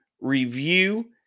review